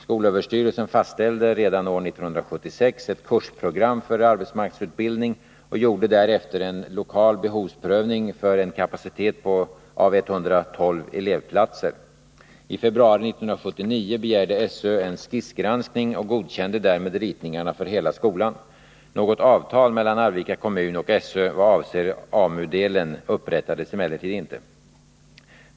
Skolöverstyrelsen fastställde redan år 1976 ett kursprogram för arbetsmarknadsutbildning och gjorde därefter en lokal behovsprövning för en kapacitet av 112 elevplatser. I februari 1979 begärde SÖ en skissgranskning och godkände därmed ritningarna för hela skolan. Något avtal mellan Arvika kommun och SÖ vad avser AMU-delen upprättades emellertid inte.